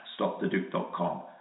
StopTheDuke.com